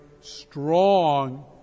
strong